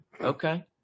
Okay